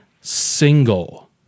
single